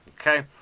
Okay